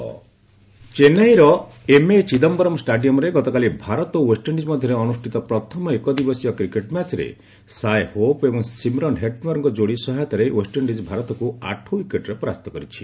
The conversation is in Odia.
କ୍ରିକେଟ୍ ଚେନ୍ନାଇର ଏମ୍ଏ ଚିଦ୍ୟରମ୍ ଷ୍ଟାଡିୟମ୍ରେ ଗତକାଲି ଭାରତ ଓ ଓ୍ୱେଷ୍ଟଇଣ୍ଡିଜ୍ ମଧ୍ୟରେ ଅନୁଷ୍ଠିତ ପ୍ରଥମ ଏକଦିବସୀୟ କ୍ରିକେଟ୍ ମ୍ୟାଚ୍ରେ ସାଏ ହୋପ୍ ଏବଂ ସିମରନ ହେଟମେୟରଙ୍କ ଯୋଡ଼ି ସହାୟତାରେ ଓ୍ୱେଷ୍ଟଇଣ୍ଡିଜ୍ ଭାରତକୁ ଆଠ ୱିକେଟ୍ରେ ପରାସ୍ତ କରିଛି